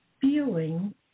feeling